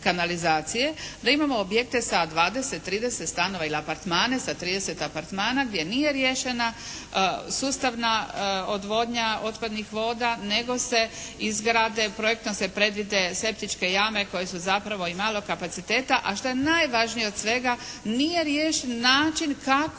kanalizacije da imamo objekte sa 20, 30 stanova ili apartmane, sa 30 apartmana gdje nije riješena sustavna odvodnja otpadnih voda nego se izgrade, projektno se predvide septičke jame koje su zapravo i malog kapaciteta. A šta je najvažnije od svega nije riješen način kako